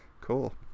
Cool